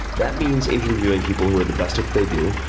that means interviewing people who are the best at what they do,